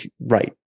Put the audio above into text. right